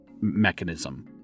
mechanism